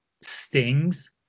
stings